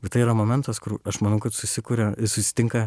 bet tai yra momentas kur aš manau kad susikuria susitinka